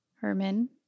Herman